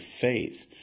faith